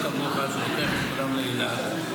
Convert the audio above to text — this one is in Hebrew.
--- לוקח את כולם לאילת,